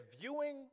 viewing